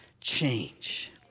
change